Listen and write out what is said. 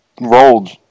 rolled